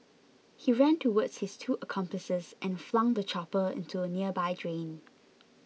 he ran towards his two accomplices and flung the chopper into a nearby drain